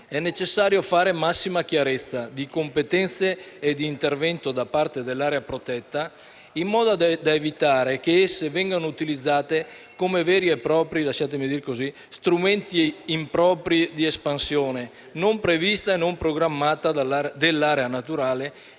È necessario fare massima chiarezza di competenze e di intervento da parte dell'area protetta, in modo da evitare che esse vengano utilizzate come veri e propri strumenti impropri di espansione - lasciatemi dire così - non prevista e non programmata dell'area naturale,